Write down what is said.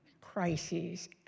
crises